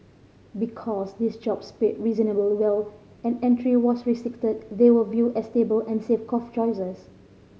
because these jobs paid reasonably well and entry was restricted they were viewed as stable and safe cough choices